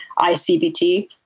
ICBT